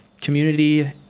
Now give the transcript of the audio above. community